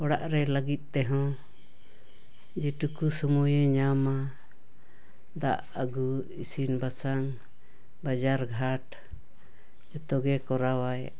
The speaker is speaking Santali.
ᱚᱲᱟᱜ ᱨᱮ ᱞᱟᱹᱜᱤᱛ ᱛᱮᱦᱚᱸ ᱡᱮᱴᱩᱠᱩ ᱥᱚᱢᱚᱭᱮ ᱧᱟᱢᱟ ᱫᱟᱜ ᱟᱹᱜᱩ ᱤᱥᱤᱱ ᱵᱟᱥᱟᱝ ᱵᱟᱡᱟᱨ ᱜᱷᱟᱴ ᱡᱚᱛᱚ ᱜᱮᱭ ᱠᱚᱨᱟᱣᱟᱭ